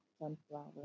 Sunflower